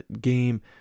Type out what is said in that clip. game